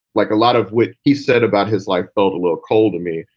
like a lot of what he said about his life felt a little cold to me.